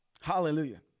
Hallelujah